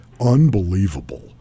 unbelievable